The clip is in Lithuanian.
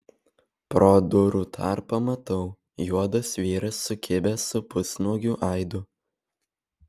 pro durų tarpą matau juodas vyras sukibęs su pusnuogiu aidu